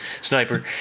sniper